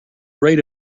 rate